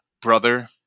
brother